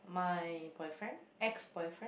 my boyfriend ex-boyfriend